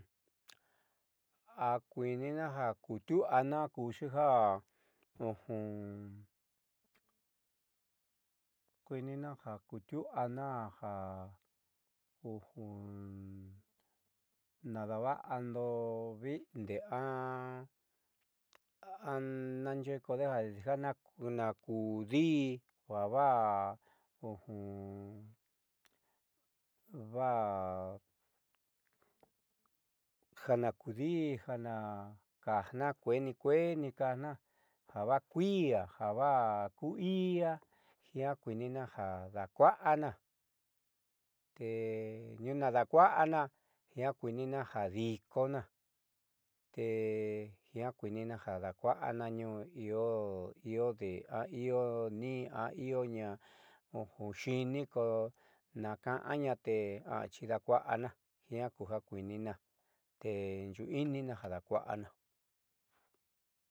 Akuiinina ja kutiu'uana kuxija akuiinina jo kutiu'uana ja nadava'ando viinde aa naaxeé kodejadi nakuudi'i javaa vaa jonakundi'ijana kajna kueni kueni kaajna ja vaaj kui'ia javaakui'ia jiaa kuinina ja daakua'ana te tniuu naadaakua'ana jiaa kuiininajadikona te jiaa kuiininaju daakua'ana tniuu io aioñaa xini na ka'aña te aaxi daakua'ana jiaa kuja kuiinina te yuuininanaja daakua'ana.